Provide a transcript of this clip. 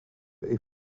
est